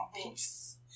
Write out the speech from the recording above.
peace